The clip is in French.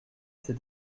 ces